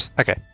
okay